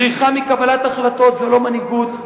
בריחה מקבלת החלטות זו לא מנהיגות,